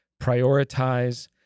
prioritize